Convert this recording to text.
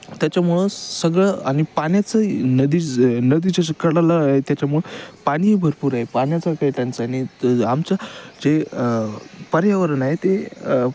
त्याच्यामुळं सगळं आणि पाण्याचंही नदीच नदीच्या असं कडेला आहे त्याच्यामुळे पाणीही भरपूर आहे पाण्याचा काय टंचाई नाही तर आमच्या जे पर्यावरण आहे ते